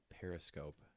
Periscope